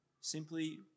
Simply